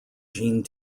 gene